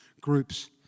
groups